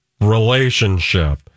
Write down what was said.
relationship